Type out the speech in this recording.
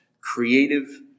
creative